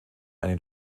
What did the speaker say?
einen